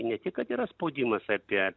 ne tik kad yra spaudimas apie